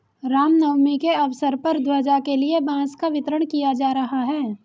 राम नवमी के अवसर पर ध्वजा के लिए बांस का वितरण किया जा रहा है